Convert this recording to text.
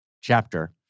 chapter